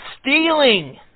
stealing